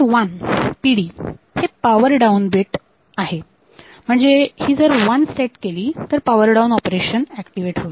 1 PD हे power down bit आहे म्हणजे ही जर वन सेट केली तर पावर डाऊन ऑपरेशन ऍक्टिव्हेट होईल